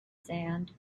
sand